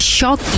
Shock